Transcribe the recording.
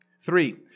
Three